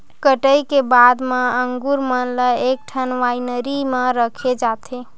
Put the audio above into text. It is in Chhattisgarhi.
कटई के बाद म अंगुर मन ल एकठन वाइनरी म रखे जाथे